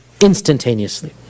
instantaneously